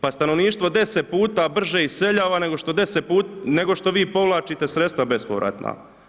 Pa stanovništvo 10 puta brže iseljava nego što vi povlačite sredstva bespovratna.